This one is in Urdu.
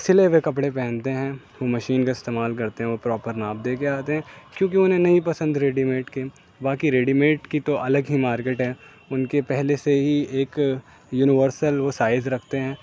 سلے ہوئے کپڑے پہنتے ہیں وہ مشین کا استعمال کرتے ہیں وہ پراپر ناپ دے کے آتے ہیں کیونکہ انہیں نہیں پسند ریڈی میڈ کے باقی ریڈی میڈ کی تو الگ ہی مارکیٹ ہے ان کے پہلے سے ہی ایک یونیورسل وہ سائز رکھتے ہیں